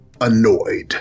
annoyed